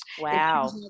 Wow